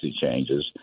changes